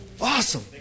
Awesome